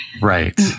Right